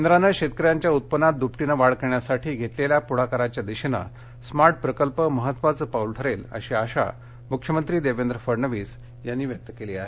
केंद्रानं शेतकऱ्यांच्या उत्पन्नात दुपटीनं वाढ करण्यासाठी घेतलेल्या पुढाकाराच्या दिशेनं स्मार्ट प्रकल्प महत्त्वाचं पाऊल ठरेल अशी आशा मुख्यमंत्री देवेंद्र फडणवीस यांनी व्यक्त केली आहे